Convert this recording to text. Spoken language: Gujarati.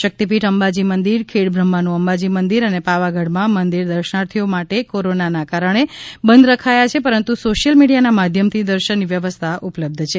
શક્તિપીઠ અંબાજી મંદિર ખેડબ્રહ્માનું અંબાજી મંદિર અને પાવાગઢમાં મંદિર દર્શનાર્થીઓ માટે કોરોનાને કારણે બંધ રખાયા છે પરંતુ સોશિયલ મીડિયાના માધ્યમથી દર્શનની વ્યવસ્થા ઉપલબ્ધ છે